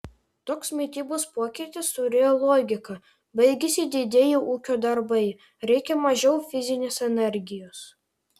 toks mitybos pokytis turėjo logiką baigėsi didieji ūkio darbai reikia mažiau fizinės energijos